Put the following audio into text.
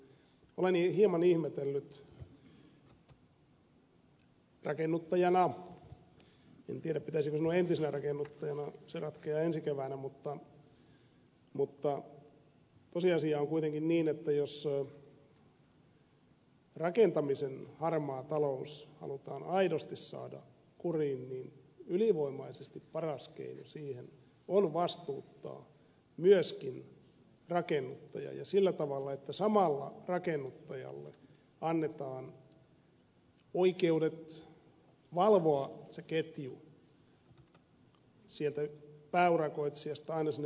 olen hieman ihmetellyt tätä rakennuttajana en tiedä pitäisikö sanoa entisenä rakennuttajana se ratkeaa ensi keväänä mutta tosiasia on kuitenkin niin että jos rakentamisen harmaa talous halutaan aidosti saada kuriin niin ylivoimaisesti paras keino siihen on vastuuttaa myöskin rakennuttaja ja sillä tavalla että samalla rakennuttajalle annetaan oikeudet valvoa se ketju sieltä pääurakoitsijasta aina sinne alimpaan aliurakoitsijaan